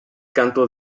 canto